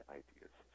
ideas